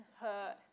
hurt